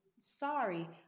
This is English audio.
sorry